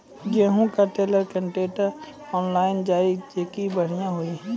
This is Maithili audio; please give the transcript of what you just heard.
गेहूँ का ट्रेलर कांट्रेक्टर ऑनलाइन जाए जैकी बढ़िया हुआ